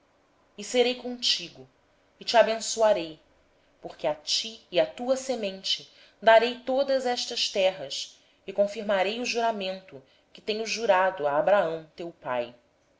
e serei contigo e te abençoarei porque a ti e aos que descenderem de ti darei todas estas terras e confirmarei o juramento que fiz a abraão teu pai